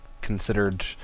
considered